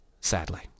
sadly